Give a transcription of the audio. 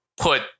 put